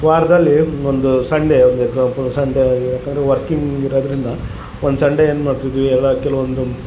ವಾರದಲ್ಲಿ ಒಂದು ಸಂಡೆ ಒಂದು ಎಕ್ಸಾಂಪಲ್ ಸಂಡೆ ಯಾಕಂದ್ರೆ ವರ್ಕಿಂಗ್ ಇರೋದರಿಂದ ಒಂದು ಸಂಡೆ ಏನುಮಾಡ್ತಿದ್ವಿ ಎಲ ಕೆಲವೊಂದನ್ನು